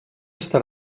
està